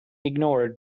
ignored